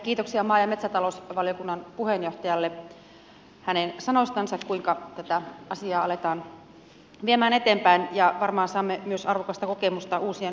kiitoksia maa ja metsätalousvaliokunnan puheenjohtajalle hänen sanoistansa kuinka tätä asiaa aletaan viemään eteenpäin ja varmaan saamme myös arvokasta kokemusta uusien kansalaisaloitteiden varalta